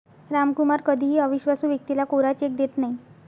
रामकुमार कधीही अविश्वासू व्यक्तीला कोरा चेक देत नाही